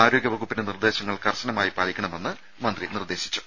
ആരോഗ്യ വകുപ്പിന്റെ നിർദ്ദേശങ്ങൾ കർശനമായി പാലിക്കണമെന്നും മന്ത്രി നിർദ്ദേശിച്ചു